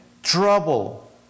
trouble